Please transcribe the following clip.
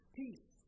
peace